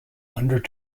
hundred